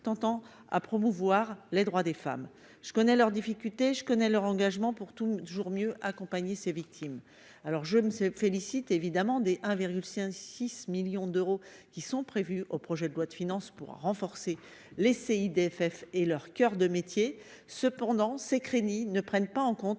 tentant à promouvoir les droits des femmes, je connais leurs difficultés, je connais leur engagement pour tout toujours mieux accompagner ses victimes, alors je ne se félicite évidemment des un virgule 5 6 millions d'euros qui sont prévus au projet de loi de finances pour renforcer les CIDF et leur coeur de métier, cependant ces crédits ne prennent pas en compte